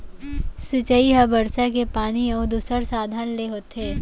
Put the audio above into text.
सिंचई ह बरसा के पानी अउ दूसर साधन ले होथे